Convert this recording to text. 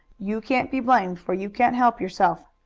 you can't be blamed, for you can't help yourself.